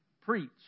preach